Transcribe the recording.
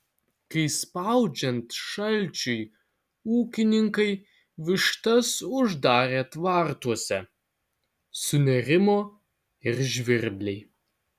kai spaudžiant šalčiui ūkininkai vištas uždarė tvartuose sunerimo ir žvirbliai